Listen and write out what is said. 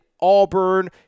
Auburn